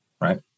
right